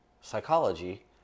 psychology